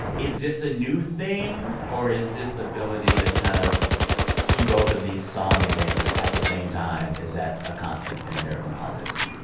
is this a new thing, or is this ability to kind of do both of these song and dances at the same time is that a constant in american politics?